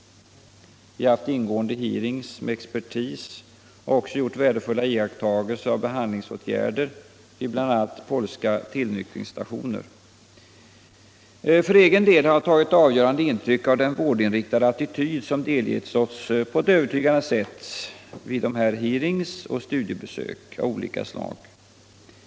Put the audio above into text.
Vi har haft ingående hearings med expertis och också gjort värdefulla iakttagelser av behandlingsåtgärder vid bl.a. polska tillnyktringsstationer. För egen del har jag tagit avgörande intryck av den vårdinriktade attityd som delgetts oss på ett övertygande sätt vid dessa hearings och studiebesök av olika stag.